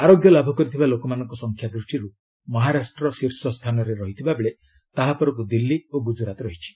ଆରୋଗ୍ୟ ଲାଭ କରିଥିବା ଲୋକମାନଙ୍କ ସଂଖ୍ୟା ଦୂଷ୍ଟିରୁ ମହାରାଷ୍ଟ୍ର ଶୀର୍ଷସ୍ଥାନରେ ରହିଥିବା ବେଳେ ତାହା ପରକୁ ଦିଲ୍ଲୀ ଓ ଗୁଜରାତ ରହିଛି